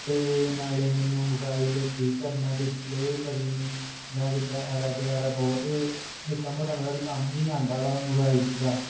ਅਤੇ ਨਾਲੇ ਮੈਨੂੰ ਮੋਬਾਇਲ ਠੀਕ ਕਰਨਾ ਡਿਸਪਲੇ ਬਦਲਣੀ ਜਾਂ ਕਿੱਦਾਂ ਐਰਾ ਵਗੈਰਾ ਬਹੁਤ ਨਿੱਕਾ ਮੋਟਾ ਮਤਲਬ ਕੰਮ ਵੀ ਆਉਂਦਾ ਵਾ ਮੋਬਾਈਲਸ ਦਾ